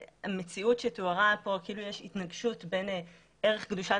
המציאות שתוארה פה כאילו יש התנגשות בין ערך קדושת